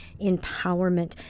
empowerment